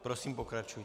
Prosím, pokračujte.